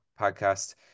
podcast